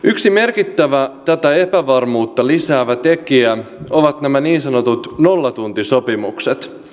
yksi merkittävä tätä epävarmuutta lisäävä tekijä on nämä niin sanotut nollatuntisopimukset